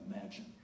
imagine